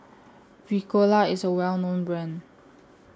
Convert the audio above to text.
Ricola IS A Well known Brand